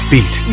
Beat